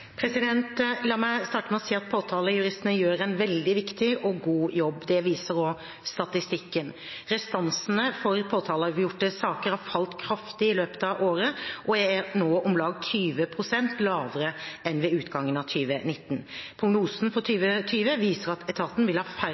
La meg starte med å si at påtalejuristene gjør en veldig viktig og god jobb. Det viser også statistikken: Restansene for påtaleavgjorte saker har falt kraftig i løpet av året og er nå om lag 20 pst. lavere enn ved utgangen av 2019. Prognosen for 2020 viser at etaten vil ha færre